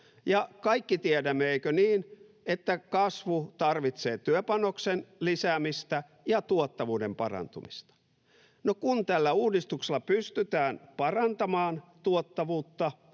kaikki tiedämme, eikö niin, että kasvu tarvitsee työpanoksen lisäämistä ja tuottavuuden parantumista. No, kun tällä uudistuksella pystytään parantamaan näissä